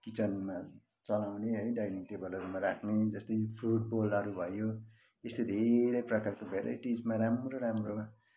किचनमा चलाउने है डाइनिङ टेबलहरूमा राख्ने जस्तै फ्रूट बोलहरू भयो यस्तै धेरै प्रकारको भेराइटिजमा राम्रो राम्रो